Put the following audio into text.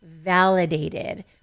validated